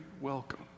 welcome